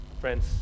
Friends